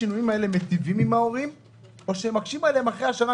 מטיבים עם ההורים או שהם מקשים עליהם יותר,